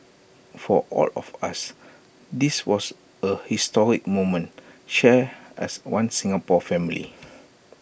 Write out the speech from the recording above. for all of us this was A historic moment shared as One Singapore family